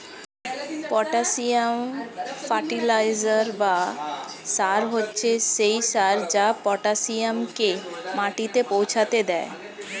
potassium fertiliser বা সার হচ্ছে সেই সার যা পটাসিয়ামকে মাটিতে পৌঁছাতে দেয়